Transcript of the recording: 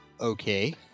okay